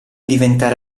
diventare